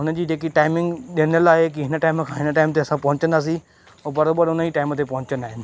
हुनजी जेकी टाइमिंग ॾिनल आहे की हिन टाइम खां हिन टाइम ते असां पहुचंदासी हो बराबरि उन ई टाइम ते पहुचंदा आहिनि